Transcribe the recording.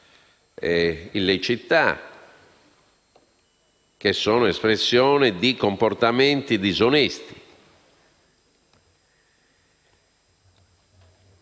illiceità e sono espressione di comportamenti disonesti.